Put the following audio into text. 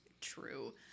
True